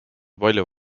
palju